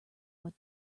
what